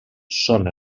són